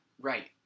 Right